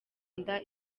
nda